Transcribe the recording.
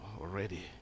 already